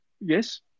yes